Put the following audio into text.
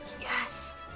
Yes